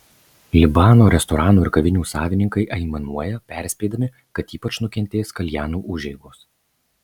libano restoranų ir kavinių savininkai aimanuoja perspėdami kad ypač nukentės kaljanų užeigos